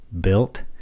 built